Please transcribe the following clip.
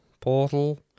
Portal